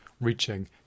reaching